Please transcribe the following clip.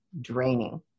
draining